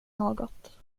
något